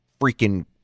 freaking